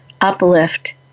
uplift